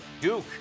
Duke